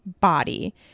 body